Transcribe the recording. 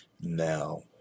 now